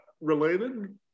related